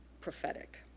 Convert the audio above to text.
prophetic